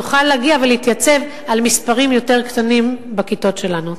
נוכל להגיע ולהתייצב על מספרים יותר קטנים בכיתות שלנו.